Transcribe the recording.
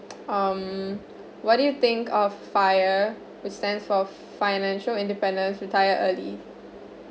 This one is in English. um what do you think of FIRE which stands for financial independence retire early